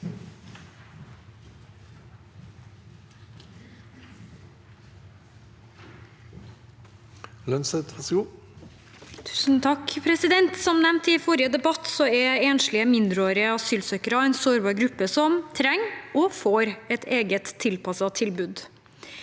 Lønseth (H) Som nevnt i for- rige debatt er enslige mindreårige asylsøkere en sårbar gruppe som trenger og får et eget tilpasset tilbud.